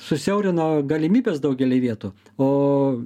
susiaurino galimybes daugelyje vietų o